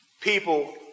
people